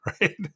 right